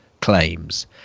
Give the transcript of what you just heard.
claims